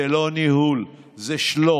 זה לא ניהול, זה שלוף.